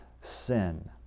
sin